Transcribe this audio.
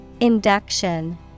Induction